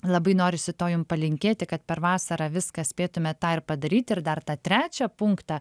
labai norisi to jum palinkėti kad per vasarą viską spėtumėt tą ir padaryti ir dar tą trečią punktą